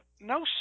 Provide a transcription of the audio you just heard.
no